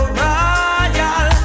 royal